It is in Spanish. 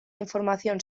información